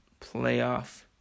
playoff